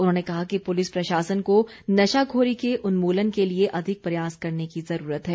उन्होंने कहा कि पुलिस प्रशासन को नशाखोरी के उन्मूलन के लिए अधिक प्रयास करने की ज़रूरत है